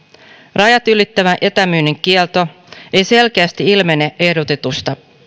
rajat ylittävän etämyynnin kielto ei selkeästi ilmene ehdotetuista